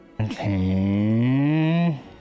Okay